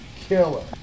Killer